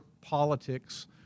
politics